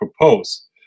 propose